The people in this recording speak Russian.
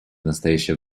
настоящее